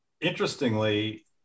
interestingly